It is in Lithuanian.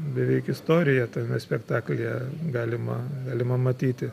beveik istoriją tame spektaklyje galima galima matyti